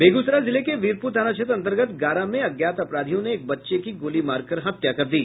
बेगूसराय जिले के वीरपुर थाना क्षेत्र अन्तर्गत गारा में अज्ञात अपराधियों ने एक बच्चे की गोली मारकर हत्या कर दी